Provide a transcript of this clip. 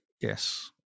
Yes